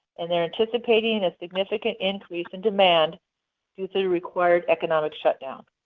and they are anticipating a significant increase in demand due to required economic shutdown.